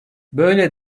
böyle